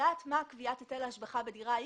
לדעת מה קביעת היטל ההשבחה בדירה מסוימת,